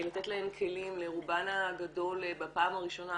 לתת להן כלים לרובן הגדול בפעם הראשונה,